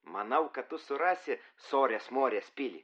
manau kad tu surasi sorės morės pilį